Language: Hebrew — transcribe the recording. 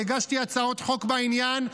והגשתי הצעות חוק בעניין,